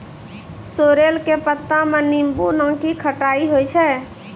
sorrel के पत्ता मॅ नींबू नाकी खट्टाई होय छै